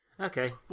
Okay